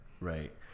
Right